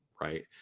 right